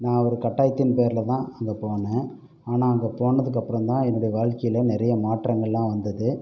நான் ஒரு கட்டாயத்தின் பேரில் தான் அங்கே போனேன் ஆனால் அங்கே போனதுக்கு அப்புறம் தான் என்னுடைய வாழ்க்கையில் நிறைய மாற்றங்களெலாம் வந்தது